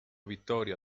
vittoria